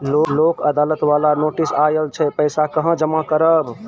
लोक अदालत बाला नोटिस आयल छै पैसा कहां जमा करबऽ?